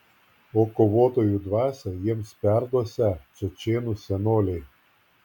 o kovotojų dvasią jiems perduosią čečėnų senoliai